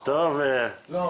לא,